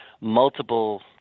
multiple